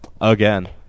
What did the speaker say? Again